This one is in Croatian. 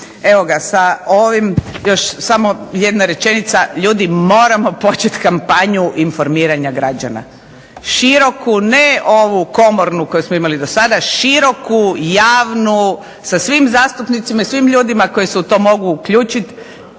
donijeti. Još samo jedna rečenica, ljudi moramo početi kampanju informiranja građana. Široku, ne ovu komornu koju smo imali do sada, široku javu, sa svim zastupnicima i ljudima koji se u to mogu uključiti.